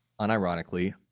unironically